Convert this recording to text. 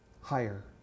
higher